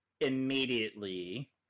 Immediately